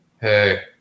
hey